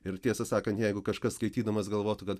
ir tiesą sakant jeigu kažkas skaitydamas galvotų kad